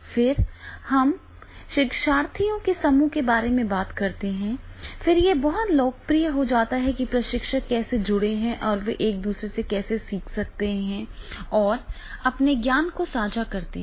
फिर हम शिक्षार्थियों के समूह के बारे में बात करते हैं फिर यह बहुत लोकप्रिय हो जाता है कि प्रशिक्षक कैसे जुड़े हैं और वे एक दूसरे से कैसे सीखते हैं और अपने ज्ञान को साझा करते हैं